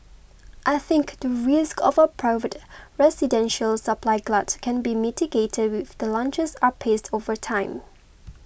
I think the risk of a private residential supply glut can be mitigated if the launches are paced over time